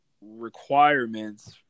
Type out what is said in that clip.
requirements